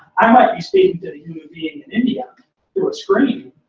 i might be speaking to the human being in india through a screen,